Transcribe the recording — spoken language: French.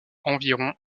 environ